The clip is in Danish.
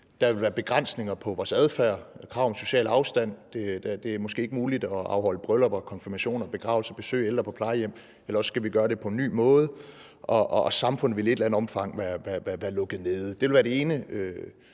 Der vil være begrænsninger på vores adfærd med krav om social afstand, og det er måske ikke muligt at afholde bryllupper, konfirmationer og begravelser eller at besøge ældre på plejehjem, eller også skal vi gøre det på en ny måde, og samfundet vil i et eller andet omfang være lukket ned. Det vil være den ene